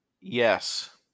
Yes